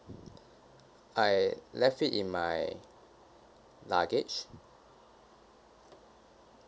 I left it in my luggage